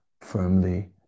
firmly